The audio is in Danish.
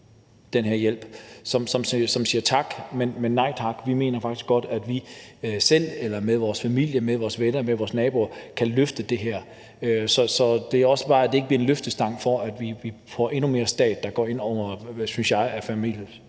den her hjælp, som siger tak, men nej tak, for de mener faktisk godt, at de selv eller sammen med familien, med vennerne, med naboerne kan løfte det her. Så det er også bare, for at det ikke bliver en løftestang for, at vi får endnu mere stat, der går ind i familielivets sfære